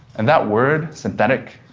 and that word, synthetic,